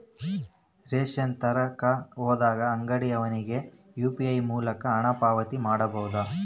Ration ತರಕ ಹೋದಾಗ ಅಂಗಡಿಯವನಿಗೆ ಯು.ಪಿ.ಐ ಮೂಲಕ ಹಣ ಪಾವತಿ ಮಾಡಬಹುದಾ?